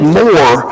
more